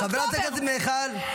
--- חברת הכנסת מיכל.